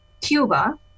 Cuba